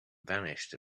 vanished